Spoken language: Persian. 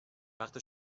وقت